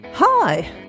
Hi